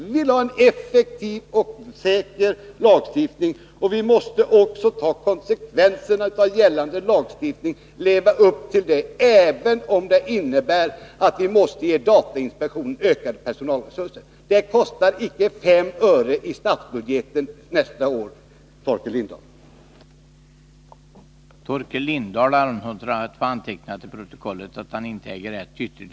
Vi vill ha en effektiv och säker lagstiftning, och man måste också leva upp till och ta konsekvenserna av den lagstiftning som gäller, även om det innebär att datainspektionen måste ges ökade personalresurser. Det kostar icke fem öre i statsbudgeten nästa år, Torkel Lindahl.